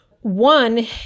One